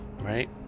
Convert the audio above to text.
right